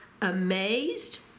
amazed